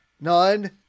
none